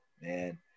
man